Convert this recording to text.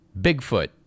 Bigfoot